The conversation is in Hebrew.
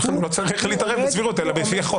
ולכן הוא לא צריך להתערב בסבירות, אלא בפי החוק.